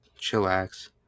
chillax